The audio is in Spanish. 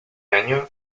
año